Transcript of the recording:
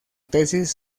tesis